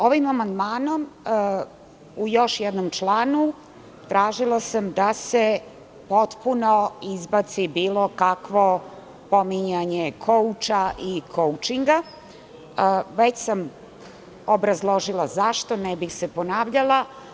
Ovim amandmanom u još jednom članu tražila sam da se potpuno izbaci bilo kakvo pominjanje kouča i koučinga, već sam obrazložila zašto, ne bih se ponavljala.